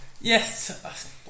Yes